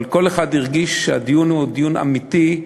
כל אחד הרגיש שהדיון הוא דיון אמיתי,